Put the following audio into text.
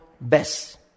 best